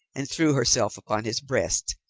and threw herself upon his breast,